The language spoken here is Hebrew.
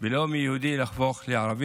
ולא מיהודי להפוך לערבי.